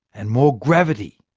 and more gravity.